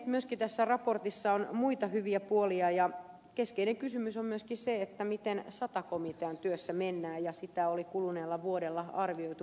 myöskin tässä raportissa on muita hyviä puolia ja keskeinen kysymys on myöskin se miten sata komitean työssä mennään ja sitä oli kuluneella vuodella arvioitu moneen kertaan